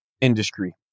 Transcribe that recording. industry